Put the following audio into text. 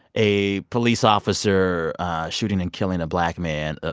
a police officer shooting and killing a black man. ah